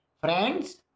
friends